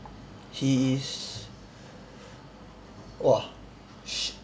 he is !wah! sh~